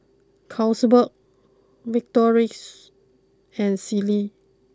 Carlsberg Victorinox and Sealy